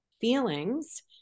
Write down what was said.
feelings